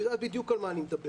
אתה יודע בדיוק על מה אני מדבר.